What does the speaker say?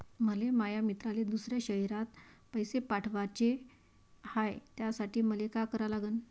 मले माया मित्राले दुसऱ्या शयरात पैसे पाठवाचे हाय, त्यासाठी मले का करा लागन?